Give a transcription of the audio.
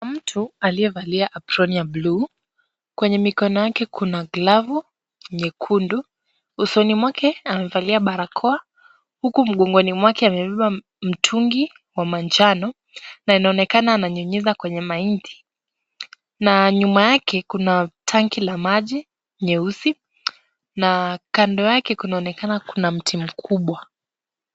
Mtu aliyevalia aproni ya buluu. Kwenye mikono yake kuna glavu nyekundu. Usoni mwake amevalia barakoa huku mgongoni mwake amebeba mtungi wa manjano na inaonekana ananyunyiza kwenye mahindi na nyuma yake kuna tanki la maji nyeusi na kando yake kunaonekana kuna mti mkubwa.